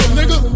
nigga